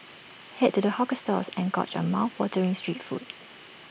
Head to the hawker stalls and gorge on mouthwatering street food